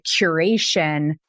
curation